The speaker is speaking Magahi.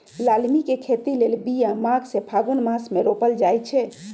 लालमि के खेती लेल बिया माघ से फ़ागुन मास मे रोपल जाइ छै